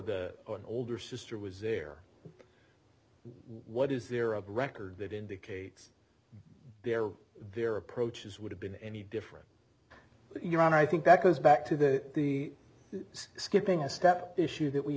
the older sister was there what is there a record that indicates bear their approaches would have been any different your honor i think that goes back to the the skipping a step issue that we